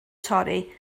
torri